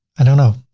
i don't know,